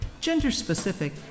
gender-specific